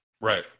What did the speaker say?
right